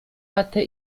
hatte